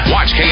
Watch